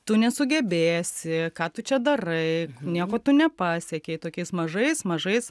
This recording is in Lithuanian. tu nesugebėsi ką tu čia darai nieko tu nepasiekei tokiais mažais mažais